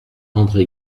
andré